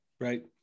Right